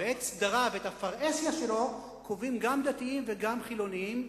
ואת סדריו ואת הפרהסיה שלו קובעים גם דתיים וגם חילונים,